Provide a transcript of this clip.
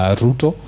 ruto